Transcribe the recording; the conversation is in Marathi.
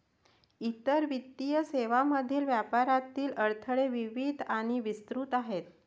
इतर वित्तीय सेवांमधील व्यापारातील अडथळे विविध आणि विस्तृत आहेत